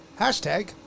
Hashtag